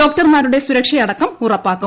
ഡോക്ടർമാരുടെ സുരക്ഷയടക്കം ഉറപ്പാക്കും